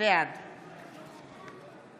בעד